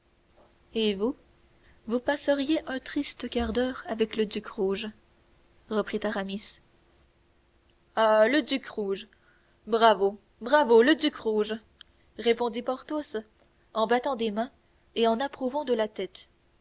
et vous vous passeriez un triste quart d'heure avec le duc rouge reprit aramis ah le duc rouge bravo bravo le duc rouge répondit porthos en battant des mains et en approuvant de la tête